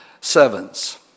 sevens